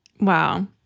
Wow